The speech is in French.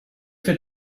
fait